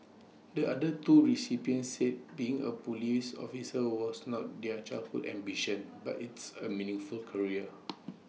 the other two recipients said being A Police officer was not their childhood ambition but it's A meaningful career